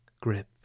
grip